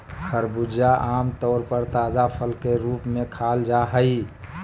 खरबूजा आम तौर पर ताजा फल के रूप में खाल जा हइ